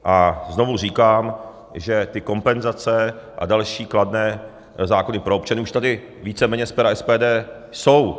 A znovu říkám, že ty kompenzace a další kladné zákony pro občany už tady víceméně z pera SPD jsou.